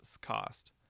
cost